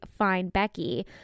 #FindBecky